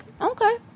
okay